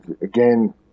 Again